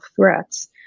threats